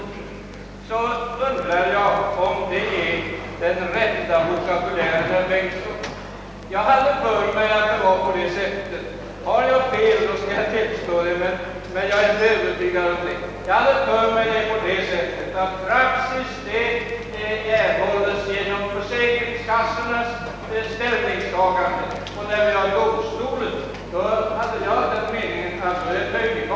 Nu har alltså detta antal överskridits, och därför menar jag att man inte har rätt att påstå att bestämmelserna tillämpas restriktivt.